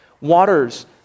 Waters